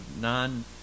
non